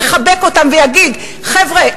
יחבק אותם ויגיד: חבר'ה,